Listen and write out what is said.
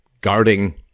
guarding